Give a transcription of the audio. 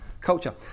culture